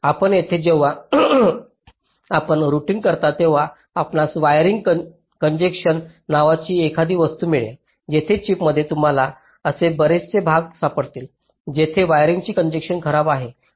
आता येथे जेव्हा आपण रूटिंग करता तेव्हा आपणास वायरिंग कॉन्जेन्शन्स नावाची एखादी वस्तू मिळेल तिथे चिपमध्ये तुम्हाला असे बरेचसे भाग सापडतील जिथे वायरिंगची कॉन्जेन्शन्स खराब आहे